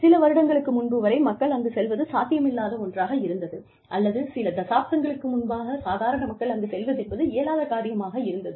சில வருடங்களுக்கு முன்பு வரை மக்கள் அங்குச் செல்வது சாத்தியமில்லாத ஒன்றாக இருந்தது அல்லது சில தசாப்தங்களுக்கு முன்பாக சாதாரண மக்கள் அங்குச் செல்வதென்பது இயலாத காரியமாக இருந்தது